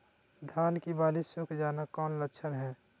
धान की बाली सुख जाना कौन लक्षण हैं?